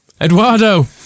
Eduardo